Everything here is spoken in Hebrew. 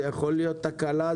זאת יכולה להיות תקלה,